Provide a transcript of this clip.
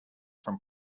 from